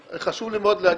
חשוב לי מאוד להגיד.